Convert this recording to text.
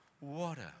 water